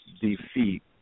defeat